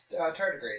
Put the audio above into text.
Tardigrades